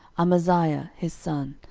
amaziah his son,